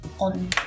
on